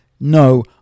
no